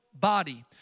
body